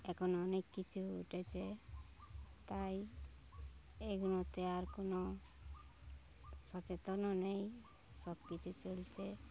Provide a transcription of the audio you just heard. এখন অনেক কিছু উঠেছে তাই এগুলোতে আর কোনো সচেতনও নেই সব কিছু চলছে